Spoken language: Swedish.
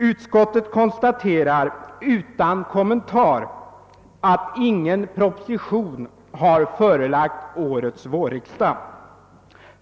Utskottet konstaterar utan kommentar att någon proposition inte har förelagts årets vårriksdag.